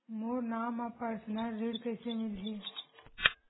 मोर नाम म परसनल ऋण कइसे मिलही?